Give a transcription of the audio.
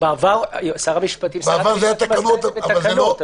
בעבר שר המשפטים עשתה פקטור בתקנות.